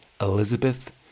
Elizabeth